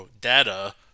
data